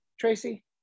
tracy